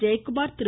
Jayakumar Thiru